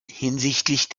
hinsichtlich